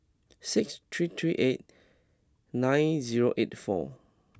six three three eight nine zero eight four